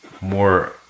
more